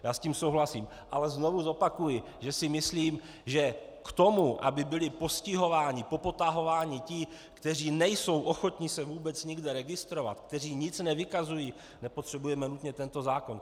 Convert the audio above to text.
Já s tím souhlasím, ale znovu zopakuji, že si myslím, že k tomu, aby byli postihováni, popotahováni ti, kteří nejsou ochotni se vůbec nikde registrovat, kteří nic nevykazují, nepotřebujeme nutně tento zákon.